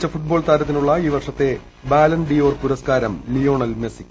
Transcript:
മികച്ച ഫുട്ബോൾ താരത്തിനുള്ള ഈ വർഷത്തെ ബാലൺ ഡി ഓർ പുരസ്കാരം ലിയോണൽ മെസിക്ക്